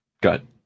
Good